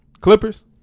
Clippers